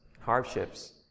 hardships